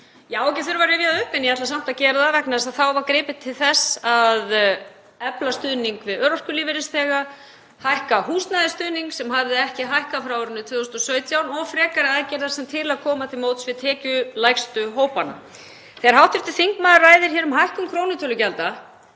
á ekki að þurfa að rifja það upp en ég ætla samt að gera það vegna þess að þá var gripið til þess að efla stuðning við örorkulífeyrisþega, hækka húsnæðisstuðning, sem hafði ekki hækkað frá árinu 2017, og frekari aðgerða til að koma til móts við tekjulægstu hópana. Þegar hv. þingmaður ræðir hér um hækkun krónutölugjalda